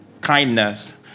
Kindness